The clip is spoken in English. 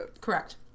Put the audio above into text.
Correct